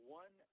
one